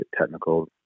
technical